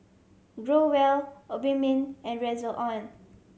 Growell Obimin and Redoxon